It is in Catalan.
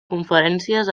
conferències